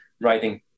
writing